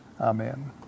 Amen